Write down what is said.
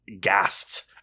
gasped